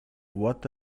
what